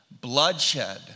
bloodshed